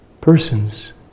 persons